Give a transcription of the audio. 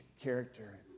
character